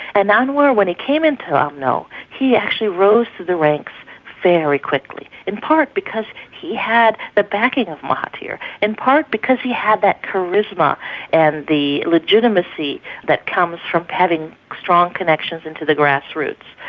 and anwar, when he came into umno, he actually rose through the ranks very quickly, in part because he had the backing of mahathir, in part because he had that charisma and the legitimacy that comes from having strong connections into the grass roots.